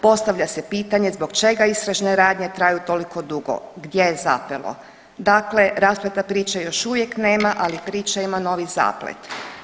Postavlja se pitanje zbog čega istražne radnje traju toliko dugo, gdje je zapelo, dakle raspleta priče još uvijek nema, ali priča ima novi zaplet.